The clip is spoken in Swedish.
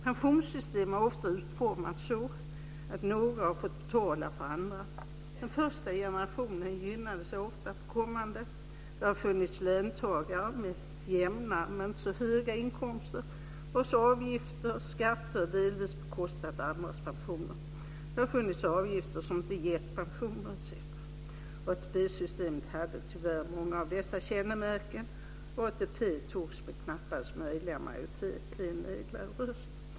Pensionssystem har ofta utformats så att några har fått betala för andra. Den första generationen gynnades ofta på bekostnad av den kommande. Det har funnits löntagare med jämna men inte så höga inkomster vars avgifter och skatter delvis har bekostat andras pensioner. Det har funnits avgifter som inte gett pension, etc. ATP-systemet hade tyvärr många av dessa kännemärken. Och ATP antogs med knappast möjliga majoritet - en nedlagd röst.